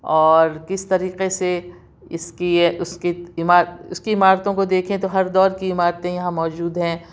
اور کس طریقے سے اِس کی یہ اُس کی عمارت اُس کی عمارتوں کو دیکھیں تو ہر دور کی عمارتیں یہاں موجود ہیں